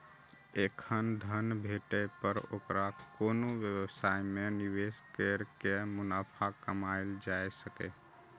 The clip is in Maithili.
एखन धन भेटै पर ओकरा कोनो व्यवसाय मे निवेश कैर के मुनाफा कमाएल जा सकैए